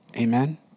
Amen